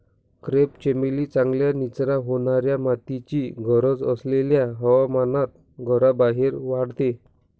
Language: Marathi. क्रेप चमेली चांगल्या निचरा होणाऱ्या मातीची गरज असलेल्या हवामानात घराबाहेर वाढते